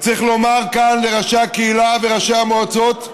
וצריך לומר כאן לראשי הקהילה וראשי המועצות,